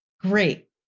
great